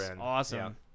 Awesome